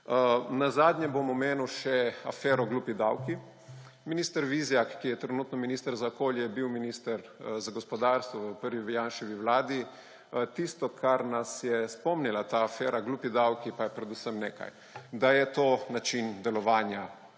Nazadnje bom omenil še afero »glupi davki«. Minister Vizjak, ki je trenutno minister za okolje, je bil minister za gospodarstvo v prvi Janševi vladi. Tisto, kar nas je spomnila ta afera »glupi davki«, pa je predvsem nekaj, da je to način delovanja